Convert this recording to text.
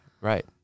Right